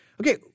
Okay